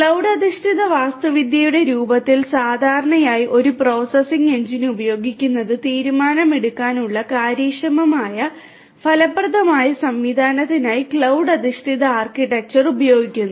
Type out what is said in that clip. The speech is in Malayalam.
ക്ലൌഡ് അധിഷ്ഠിത വാസ്തുവിദ്യയുടെ രൂപത്തിൽ സാധാരണയായി ഒരു പ്രോസസ്സിംഗ് എഞ്ചിൻ ഉപയോഗിക്കുന്നത് തീരുമാനമെടുക്കാനുള്ള കാര്യക്ഷമമായ ഫലപ്രദമായ സംവിധാനത്തിനായി ക്ലൌഡ് അധിഷ്ഠിത ആർക്കിടെക്ചർ ഉപയോഗിക്കുന്നു